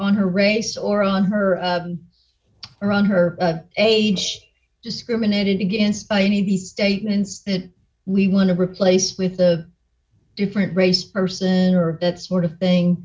on her race or on her around her age discriminated against by any of the statements we want to replace with a different race person or that sort of thing